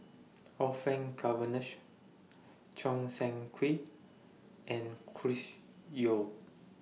Orfeur Choo Seng Quee and Chris Yeo